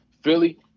Philly